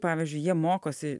pavyzdžiui jie mokosi